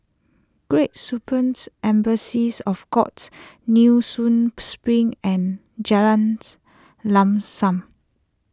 Great of God Nee Soon Spring and Jalans Lam Sam